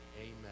amen